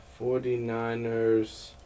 49ers